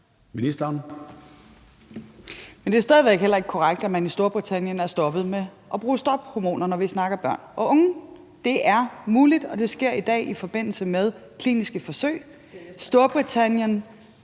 Løhde): Men det er stadig væk heller ikke korrekt, at man i Storbritannien er stoppet med at bruge stophormoner, når vi snakker børn og unge. Det er muligt, og det sker i dag i forbindelse med kliniske forsøg. Ordføreren